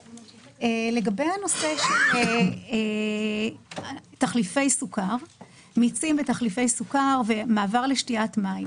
לגבי הנושא של תחליפי סוכר ומיצים ומעבר לשתיית מים